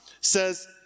says